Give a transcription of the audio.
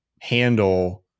handle